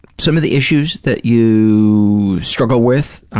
some of the issues that you struggle with,